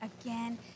again